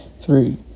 three